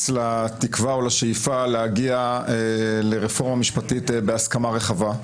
לתקווה או לשאיפה להגיע לרפורמה משפטית בהסכמה רחבה.